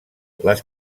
les